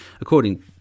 according